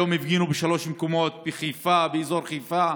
היום הפגינו בשלושה מקומות בחיפה, באזור חיפה: